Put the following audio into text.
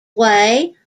way